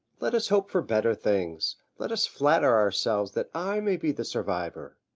let us hope for better things. let us flatter ourselves that i may be the survivor.